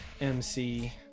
MC